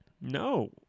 No